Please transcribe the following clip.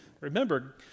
remember